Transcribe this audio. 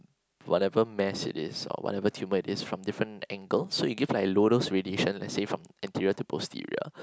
whatever mass it is or whatever tumour it is from different angles so you give like loadal radiation let's say anterior to posterior